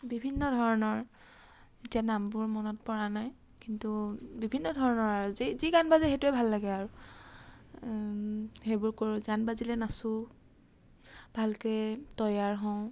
বিভিন্ন ধৰণৰ এতিয়া নামবোৰ মনত পৰা নাই কিন্তু বিভিন্ন ধৰণৰ আৰু যি যি গান বাজে সেইটোৱে ভাল লাগে আৰু সেইবোৰ কৰোঁ গান বাজিলে নাচোঁ ভালকৈ তৈয়াৰ হওঁ